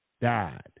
died